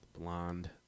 blonde